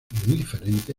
diferente